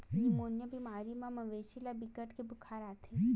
pneumonia बेमारी म मवेशी ल बिकट के बुखार आथे